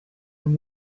from